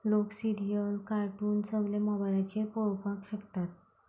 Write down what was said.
लोक serial cartoon सगलें मोबायलाचेर पळोवपाक शकता